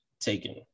Taken